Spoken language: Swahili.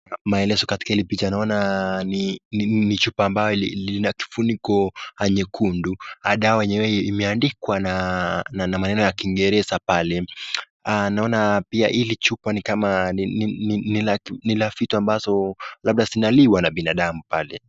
Maelezo katika hili picha. Naona ni chupa ambalo linafuniko nyekundu na dawa yenyewe imeandikwa na maneno ya kiingereza pale. Naona pia hili chupa nikama ni la vitu ambazo labda zinaliwa na binadamu pale.